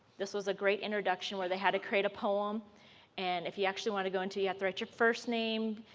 this was a great introduction where they had to create a poem and if we actually want to go into you had to write your first name,